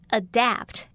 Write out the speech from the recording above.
adapt